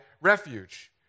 refuge